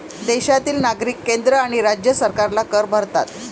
देशातील नागरिक केंद्र आणि राज्य सरकारला कर भरतात